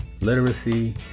literacy